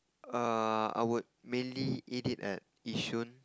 err I would mainly eat it at Yishun